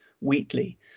Wheatley